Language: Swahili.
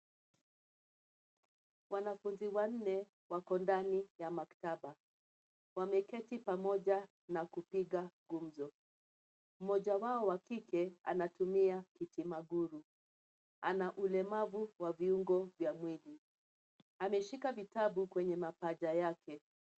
Wanafunzi wanne wako ndani ya maktaba. Wameketi pamoja na kupiga gumzo. Mmoja wao wa kike anatumia kiti-maguru. Ana ulemavu wa viungo vya mwili. Ameshika vitabu kwenye mapaja yake.